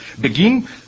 begin